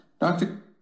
Doctor